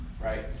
right